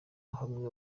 hamwe